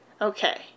Okay